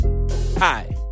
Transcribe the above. Hi